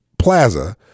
plaza